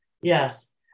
Yes